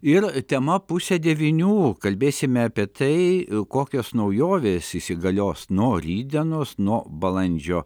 ir tema pusę devynių kalbėsime apie tai kokios naujovės įsigalios nuo rytdienos nuo balandžio